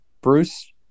Bruce